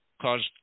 caused